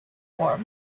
war